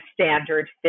standard